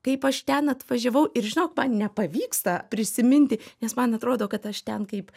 kaip aš ten atvažiavau ir žinok man nepavyksta prisiminti nes man atrodo kad aš ten kaip